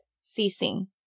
ceasing